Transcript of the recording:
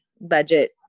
budget